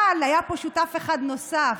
אבל היה פה שותף אחד נוסף,